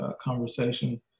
conversation